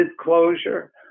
closure